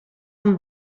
amb